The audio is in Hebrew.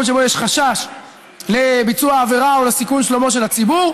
שבו יש חשש לביצוע עבירה או לסיכון שלומו של הציבור.